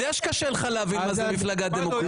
שקשה לך להבין מה זה מפלגה דמוקרטית.